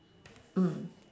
mm